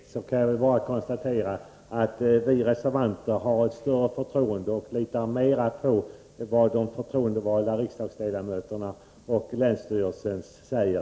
Herr talman! Efter Egon Jacobssons senaste replik kan jag bara konstatera att vi reservanter har ett större förtroende för och litar mera på vad de förtroendevalda riksdagsledamöterna och länsstyrelsen säger.